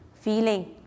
feeling